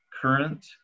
current